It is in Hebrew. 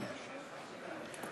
להלן תוצאות